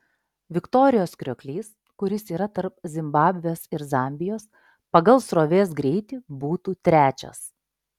viktorijos krioklys kuris yra tarp zimbabvės ir zambijos pagal srovės greitį būtų trečias